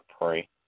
pray